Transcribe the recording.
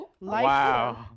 Wow